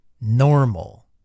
normal